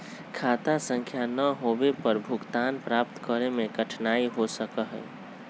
खाता संख्या ना होवे पर भुगतान प्राप्त करे में कठिनाई हो सका हई